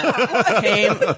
came